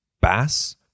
Bass